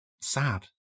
sad